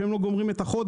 שהם לא גומרים את החודש.